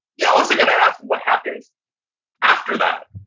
yeah also got to ask what happens after that?